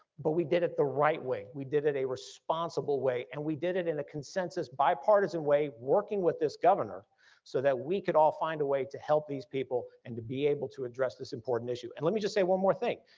but we did it the right way, we did it a responsible way, and we did it in a consensus bipartisan way, working with this governor so that we could all find a way to help these people and to be able to address this important issue. and let me just say one more thing.